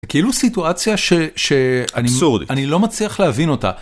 כאילו סיטואציה שאני, אבסורדית, אני לא מצליח להבין אותה.